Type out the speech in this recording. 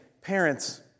parents